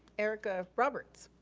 erica roberts.